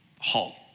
halt